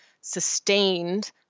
sustained